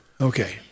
Okay